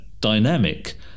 dynamic